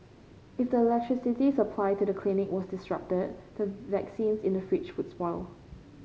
if the electricity supply to the clinic was disrupted the vaccines in the fridge would spoil